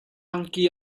angki